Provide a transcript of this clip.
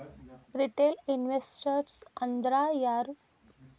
Retail investors ಅಂದ್ರಾ ಯಾರು?